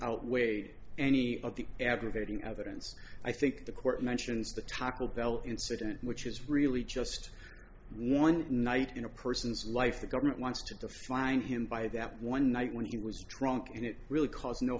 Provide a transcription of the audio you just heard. outweighed any of the aggravating evidence i think the court mentions the taco bell incident which is really just one night in a person's life the government wants to define him by that one night when he was drunk and it really c